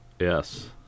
Yes